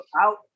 out